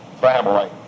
family